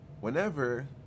whenever